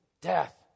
Death